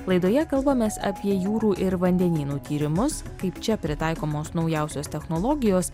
laidoje kalbamės apie jūrų ir vandenynų tyrimus kaip čia pritaikomos naujausios technologijos